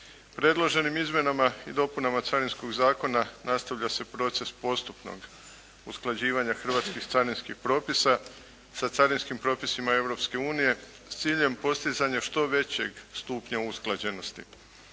Predloženim izmjenama i dopunama Carinskog zakona nastavlja se proces postupnog usklađivanja hrvatskih carinskih propisa sa carinskim propisima Europske unije s ciljem postizanja što većeg stupnja usklađenosti.